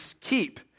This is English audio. keep